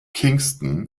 kingstown